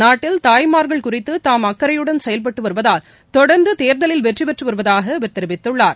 நாட்டில் தாய்மார்கள் குறித்து தாம் அக்கறையுடன் செயல்பட்டு வருவதால் தொடர்ந்து தேர்தலில் வெற்றி பெற்று வருவதாக அவர் தெரிவித்துள்ளார்